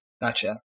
Gotcha